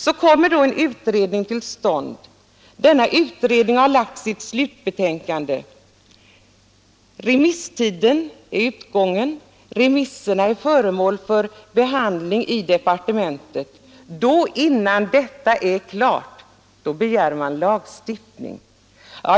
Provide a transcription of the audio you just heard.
Så kommer då en utredning till stånd och framlägger så småningom sitt slutbetänkande. Remisstiden är utgången och remissyttrandena är föremål för behandling i departementet. Då, innan detta är klart, begär man lagstiftning!